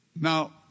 Now